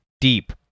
deep